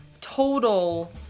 total